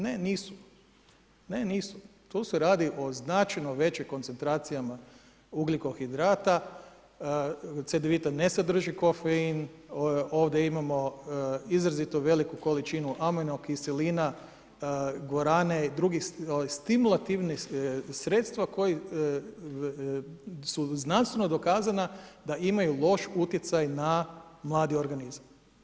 Ne, nisu, tu se radi o značajno većim koncentracijama ugljikohidrata, Cedevita ne sadrži kofein, ovdje imamo i izrazitu veliku količinu aminokiselina, … i drugih stimulativnih sredstava koji su znanstveno dokazana da imaju loš utjecaj na mladi organizam.